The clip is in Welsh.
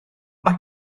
mae